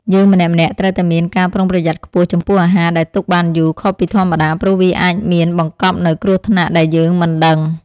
យើងម្នាក់ៗត្រូវតែមានការប្រុងប្រយ័ត្នខ្ពស់ចំពោះអាហារដែលទុកបានយូរខុសពីធម្មតាព្រោះវាអាចមានបង្កប់នូវគ្រោះថ្នាក់ដែលយើងមិនដឹង។